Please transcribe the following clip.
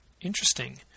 interesting